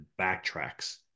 backtracks